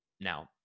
now